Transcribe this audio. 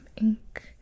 ink